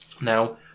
Now